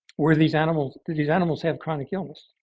where these animals because these animals have chronic illness.